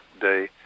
Day